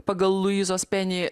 pagal luizos penį